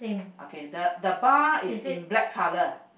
okay the the bar is in black colour